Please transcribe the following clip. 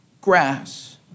grass